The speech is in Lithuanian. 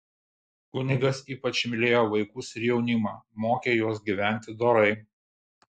kunigas ypač mylėjo vaikus ir jaunimą mokė juos gyventi dorai